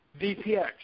VPX